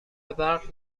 برق